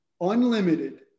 Unlimited